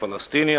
פלסטיני,